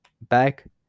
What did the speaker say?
back